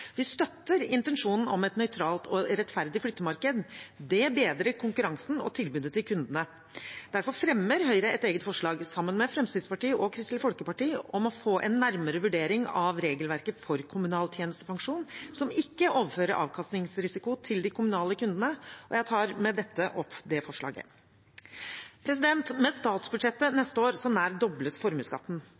Vi støtter intensjonen om et nøytralt og rettferdig flyttemarked. Det bedrer konkurransen og tilbudet til kundene. Derfor fremmer Høyre sammen med Fremskrittspartiet og Kristelig Folkeparti et eget forslag om å få en nærmere vurdering av regelverket for kommunal tjenestepensjon, som ikke overfører avkastningsrisiko til de kommunale kundene, og jeg tar med dette opp det forslaget. Med statsbudsjettet neste år nær dobles formuesskatten.